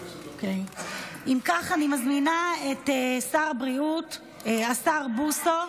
אם כך אני מזמינה את שר הבריאות, השר בוסו,